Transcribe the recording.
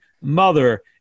mother